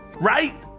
Right